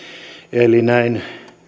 eli näin